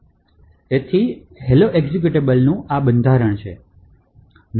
તેથી hello એક્ઝેક્યુટેબલનું આનું બંધારણ છે